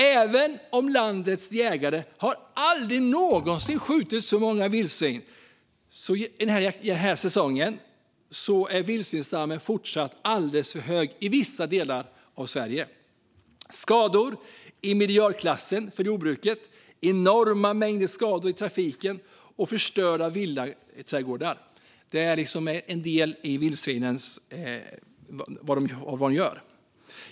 Även om landets jägare aldrig har skjutit så många vildsvin som den här säsongen är vildsvinsstammen fortfarande alldeles för stor i vissa delar av Sverige. Det handlar om skador i miljardklassen för jordbruket. Det är enorma mängder skador i trafiken och förstörda villaträdgårdar. Detta är en del av vad vildsvinen orsakar.